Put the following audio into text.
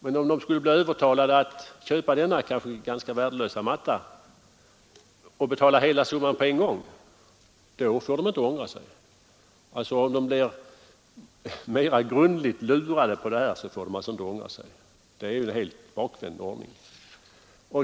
Men om kunden skulle bli övertalad att köpa denna kanske ganska värdelösa matta och betala hela beloppet på en gång, så får han inte ångra sig. Om någon alltså blir mera grundlurad, så får han inte ångra sig. Det är ju en helt bakvänd ordning.